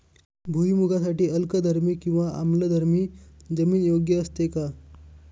भुईमूगासाठी अल्कधर्मी किंवा आम्लधर्मी जमीन योग्य असते का?